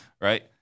Right